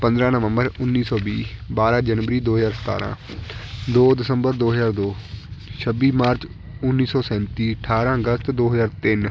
ਪੰਦਰ੍ਹਾਂ ਨਵੰਬਰ ਉੱਨੀ ਸੌ ਵੀਹ ਬਾਰ੍ਹਾਂ ਜਨਵਰੀ ਦੋ ਹਜ਼ਾਰ ਸਤਾਰ੍ਹਾਂ ਦੋ ਦਸੰਬਰ ਦੋ ਹਜ਼ਾਰ ਦੋ ਛੱਬੀ ਮਾਰਚ ਉੱਨੀ ਸੌ ਸੈਂਤੀ ਅਠਾਰ੍ਹਾਂ ਅਗਸਤ ਦੋ ਹਜ਼ਾਰ ਤਿੰਨ